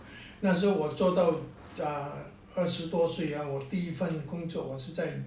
那时候我做到 err 二十多岁啊我第一份工作我是在